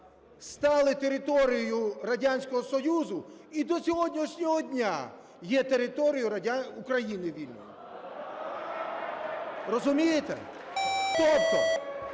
стали територією Радянського Союзу і до сьогоднішнього дня є територією України вільної. Розумієте? Тобто,